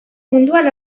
munduan